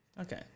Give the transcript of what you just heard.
Okay